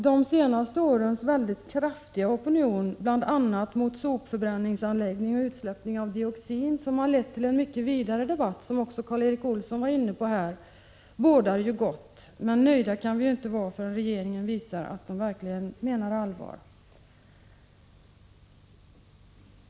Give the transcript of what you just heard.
De senaste årens mycket kraftiga opinion mot bl.a. sopförbränningsanläggningar och utsläpp av dioxin, frågor som har lett till en mycket vidare debatt, bådar ju gott. Karl-Erik Olsson var också inne på den saken. Men nöjda kan vi inte vara förrän regeringen visar att den verkligen menar allvar.